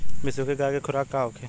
बिसुखी गाय के खुराक का होखे?